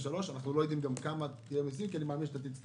אנחנו לא יודעים גם כמה תהיה העלאת המיסים כי אני מאמין שתצטרך